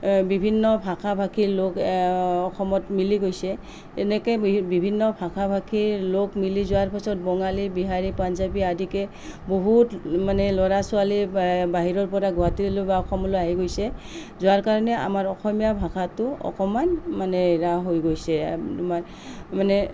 বিভিন্ন ভাষা ভাষীৰ লোক অসমত মিলি গৈছে এনেকৈ বিভিন্ন ভাষা ভাষীৰ লোক মিলি যোৱাৰ পিছত বঙালী বিহাৰী পাঞ্জাৱী আদিকে বহুত মানে ল'ৰা ছোৱালী বাহিৰৰ পৰা গুৱাহাটী বা অসমলৈ আহি গৈছে যাৰ কাৰণে আমাৰ অসমীয়া ভাষাটো অকণমান মানে ৰাহ হৈ গৈছে মানে